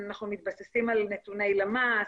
אנחנו מתבססים על נתוני למ"ס,